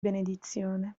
benedizione